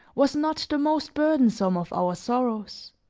was not the most burdensome of our sorrows.